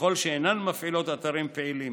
ככל שאינן מפעילות אתרים פעילים.